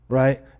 right